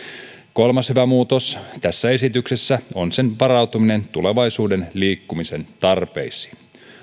kolmas hyvä muutos tässä esityksessä on sen varautuminen tulevaisuuden liikkumisen tarpeisiin